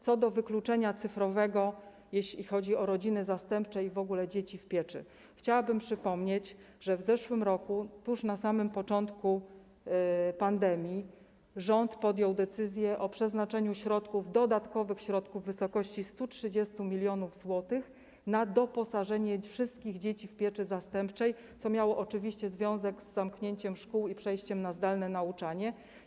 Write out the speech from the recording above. Co do wykluczenia cyfrowego, jeśli chodzi o rodziny zastępcze i w ogóle dzieci w pieczy, chciałabym przypomnieć, że w zeszłym roku, na samym początku pandemii, rząd podjął decyzję o przeznaczeniu dodatkowych środków w wysokości 130 mln zł na doposażenie wszystkich dzieci w pieczy zastępczej, co miało oczywiście związek z zamknięciem szkół i przejściem na zdalne nauczanie.